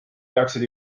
peaksid